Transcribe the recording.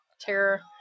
terror